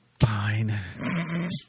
Fine